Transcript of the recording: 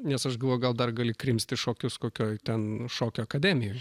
nes aš galvoju gal dar gali krimsti šokius kokioj ten šokio akademijoj